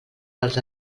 dels